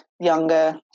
younger